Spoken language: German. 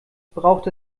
braucht